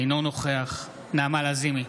אינו נוכח נעמה לזימי,